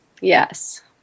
Yes